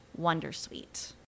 Wondersuite